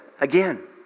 again